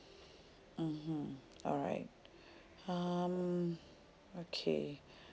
mmhmm alright um okay